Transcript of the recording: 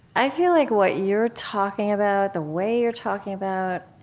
i feel like what you're talking about, the way you're talking about